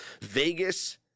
Vegas